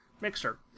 Mixer